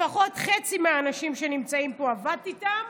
לפחות חצי מהאנשים שנמצאים פה, עבדתי איתם.